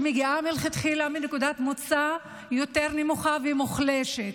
שמגיעה מלכתחילה מנקודת מוצא יותר נמוכה ומוחלשת,